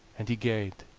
and he gaed,